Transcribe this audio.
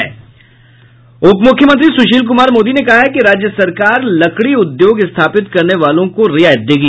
उप मुख्यमंत्री सुशील कुमार मोदी ने कहा है कि राज्य सरकार लकड़ी उद्योग स्थापित करने वालों को रियायत देगी